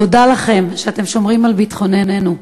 תודה לכם שאתם שומרים על ביטחוננו,